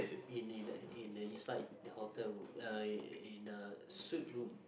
in in in the east side the hotel room uh in the suite room